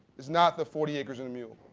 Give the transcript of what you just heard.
it's not the forty acres and the mule.